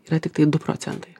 yra tiktai du procentai